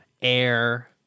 air